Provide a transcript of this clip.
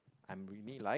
I'm really like